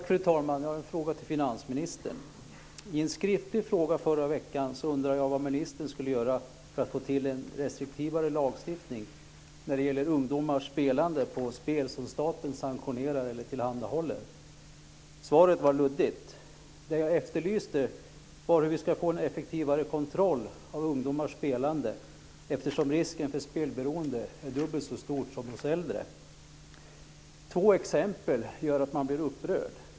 Fru talman! Jag har en fråga till finansministern. Svaret var luddigt. Det jag efterlyste var hur vi ska få en effektivare kontroll av ungdomars spelande, eftersom risken för spelberoende är dubbelt så stor som hos äldre. Två exempel gör att man blir upprörd.